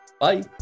bye